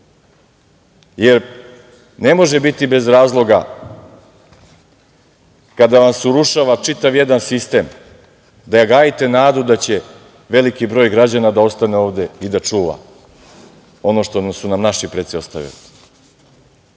Jer, ne može biti bez razloga kada vam se urušava čitav jedan sistem, da gajite nadu da će veliki broj građana da ostane ovde i da čuva ono što su nam naši preci ostavili. Ovakav